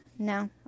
No